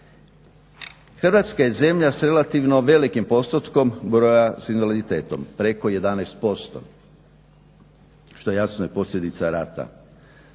Hrvatska je zemlja s relativno velikim postotkom broja osoba s invaliditetom, preko 11%. Što jasno je posljedica rata.